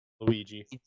Luigi